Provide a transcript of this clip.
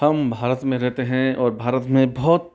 हम भारत में रहते हैं और भारत में बहुत